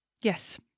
yes